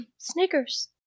Snickers